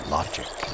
Logic